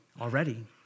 already